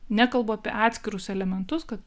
nekalbu apie atskirus elementus kad